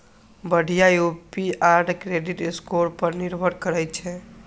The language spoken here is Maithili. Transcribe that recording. बढ़िया ए.पी.आर क्रेडिट स्कोर पर निर्भर करै छै